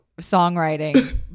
songwriting